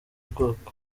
bwoko